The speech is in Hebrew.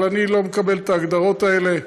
אבל אני לא מקבל את ההגדרות האלה.